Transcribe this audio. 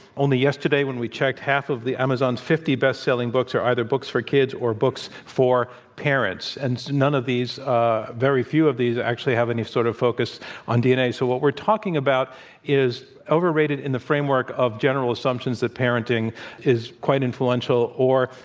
only yesterday, when we checked, half of the amazon's fifty bestselling books are either books for kids or books for parents. and none of these very few of these, actually, have any sort of focus on dna. so, what we're talking about is overrated in the framework of general assumptions that parenting is quite influential or,